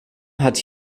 hat